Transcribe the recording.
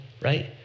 right